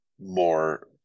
more